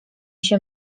się